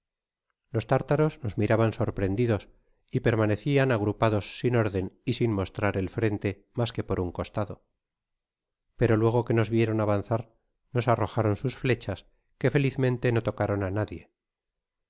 los tártaros nos miraban sorprendidos y permanecian agrupados sin órden y sin mostrar el frente mas que por un costado pero luego que nos vieron avanzar nos arrojaron sus flechas que felizmente no tocaron á nadie